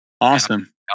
Awesome